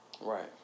Right